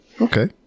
okay